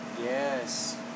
Yes